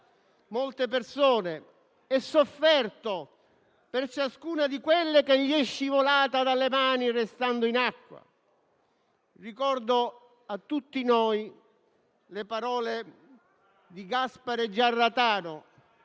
molte persone e sofferto per ciascuna di quelle scivolate dalle loro mani restando in acqua. Ricordo a tutti noi le parole di Gaspare Giarratano,